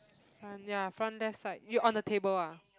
front ya front left side you on the table ah